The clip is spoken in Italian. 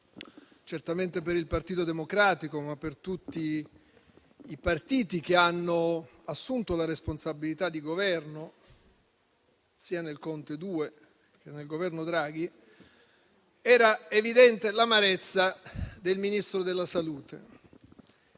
certamente per il Partito Democratico, ma per tutti i partiti che hanno assunto la responsabilità di Governo, sia nel Governo Conte II, sia nel Governo Draghi - era evidente l'amarezza del Ministro della salute.